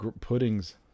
pudding's